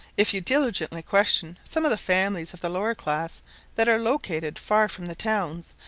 if you diligently question some of the families of the lower class that are located far from the towns,